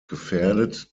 gefährdet